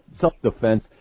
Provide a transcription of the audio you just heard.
self-defense